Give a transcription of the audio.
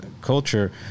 culture